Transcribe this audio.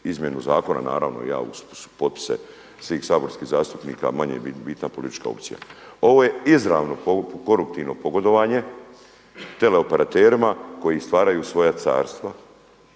izmjenu zakona. Naravno, ja uz potpise svih saborskih zastupnika, manje je bitna politička opcija. Ovo je izravno koruptivno pogodovanje teleoperaterima koji stvaraju svoja carstva,